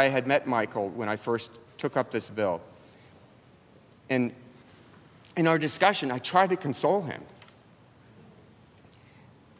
i had met michael when i first took up this bill and in our discussion i tried to console him